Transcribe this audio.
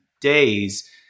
days